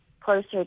closer